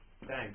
Thanks